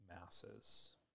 masses